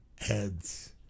heads